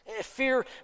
Fear